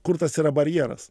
kur tas yra barjeras